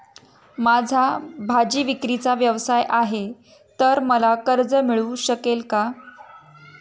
माझा भाजीविक्रीचा व्यवसाय आहे तर मला कर्ज मिळू शकेल का?